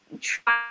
try